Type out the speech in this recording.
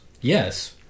Yes